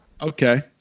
Okay